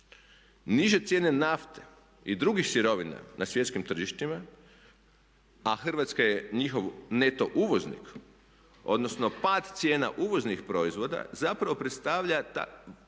Niže cijene nafte i drugih sirovina na svjetskim tržištima, a Hrvatska je njihov neto uvoznik odnosno pad cijena uvoznih proizvoda zapravo predstavlja